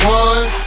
one